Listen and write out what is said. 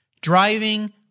driving